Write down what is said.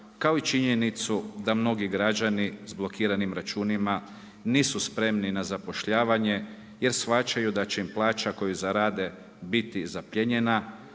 kao i činjenica da mnogi građani s blokiranim računima, nisu spremni na zapošljavanje, jer shvaćaju da će im plaća koju zarade biti zaplijenjena